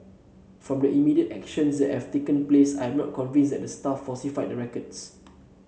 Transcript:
from the immediate actions that have taken place I am not convinced that the staff falsified the records